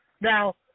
Now